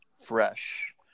fresh